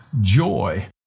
joy